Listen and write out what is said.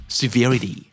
severity